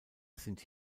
sind